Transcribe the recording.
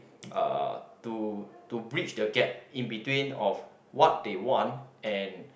uh to to bridge the gap in between of what they want and